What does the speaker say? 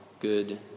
good